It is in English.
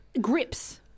grips